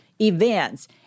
events